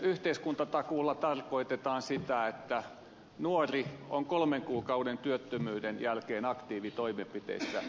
yhteiskuntatakuulla tarkoitetaan sitä että nuori on kolmen kuukauden työttömyyden jälkeen aktiivitoimenpiteissä